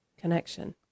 connection